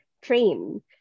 train